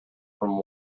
from